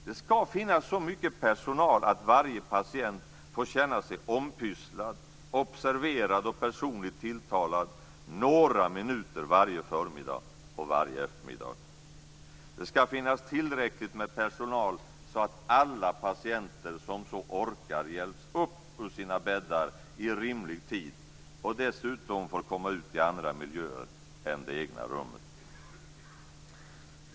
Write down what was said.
Det skall finnas så mycket personal att varje patient får känna sig ompysslad, observerad och personligt tilltalad några minuter varje förmiddag och varje eftermiddag. Det skall finnas tillräckligt med personal så att alla patienter som så orkar hjälps upp ur sina bäddar i rimlig tid och dessutom får komma ut i andra miljöer än det egna rummet.